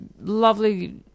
lovely